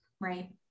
Right